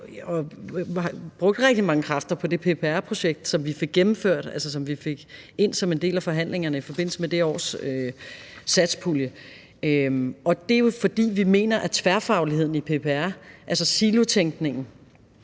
brugt rigtig mange kræfter på det PPR-projekt, som vi fik gennemført, altså som vi fik ind som en del af forhandlingerne i forbindelse med det års satspulje. Det er jo, fordi vi mener, at i forhold til tværfagligheden i PPR – altså silotænkningen,